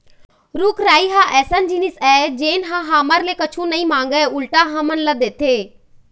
रूख राई ह अइसन जिनिस आय जेन ह हमर ले कुछु नइ मांगय उल्टा हमन ल देथे